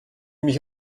mich